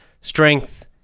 strength